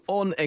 on